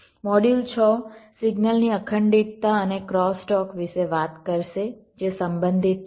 module છ signal ની અખંડિતતા અને ક્રોસ ટોક વિશે વાત કરશે જે સંબંધિત છે